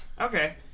Okay